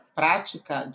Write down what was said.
prática